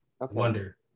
wonder